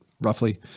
roughly